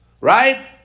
Right